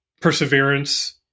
perseverance